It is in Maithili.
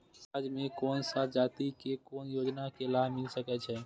समाज में कोन सा जाति के कोन योजना के लाभ मिल सके छै?